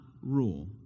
rule